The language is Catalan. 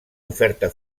oferta